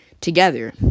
together